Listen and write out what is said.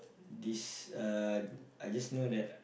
this uh I just know that